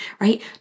right